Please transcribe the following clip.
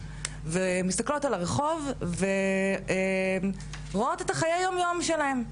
מסתכלות על הרחוב ורואות את חיי היום-יום שלהן.